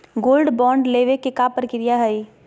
Gold bond लेवे के का प्रक्रिया हई?